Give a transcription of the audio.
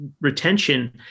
retention